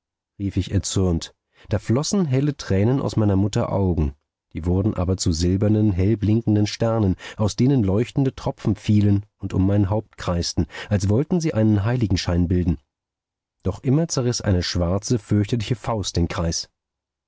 rief ich erzürnt da flössen helle tränen aus meiner mutter augen die wurden aber zu silbernen hellblinkenden sternen aus denen leuchtende tropfen fielen und um mein haupt kreisten als wollten sie einen heiligenschein bilden doch immer zerriß eine schwarze fürchterliche faust den kreis